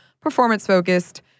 performance-focused